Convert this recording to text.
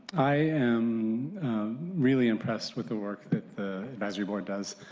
i am really impressed with the work the advisory board does.